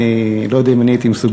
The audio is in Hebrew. אני לא יודע אם אני הייתי מסוגל.